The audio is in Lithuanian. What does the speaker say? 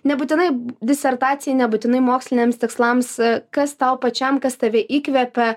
nebūtinai disertacijai nebūtinai moksliniams tikslams kas tau pačiam kas tave įkvepia